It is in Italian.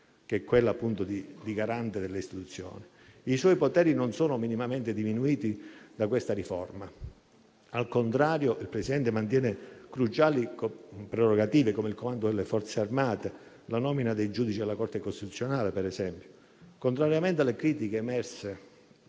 che è quella appunto di garante delle istituzioni. I suoi poteri non sono minimamente diminuiti da questa riforma. Al contrario, il Presidente della Repubblica mantiene cruciali prerogative come il comando delle Forze armate e la nomina dei giudici della Corte costituzionale. Contrariamente alle critiche emerse